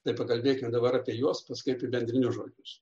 tai pakalbėkim dabar apie juos paskui apie bendrinius žodžius